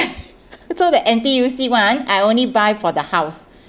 so that N_T_U_C one I only buy for the house